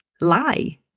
lie